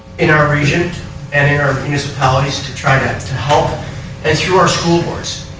in our region and in our to try to and and help and to our school boards.